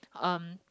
um